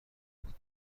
بود